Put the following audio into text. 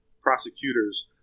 prosecutors—